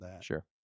Sure